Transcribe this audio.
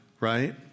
right